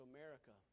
America